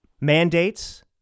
mandates